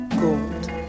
gold